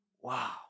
Wow